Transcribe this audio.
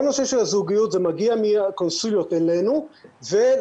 כל הנושא של הזוגיות זה מגיע מהקונסוליות אלינו ולנתב"ג,